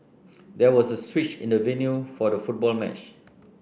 there was a switch in the venue for the football match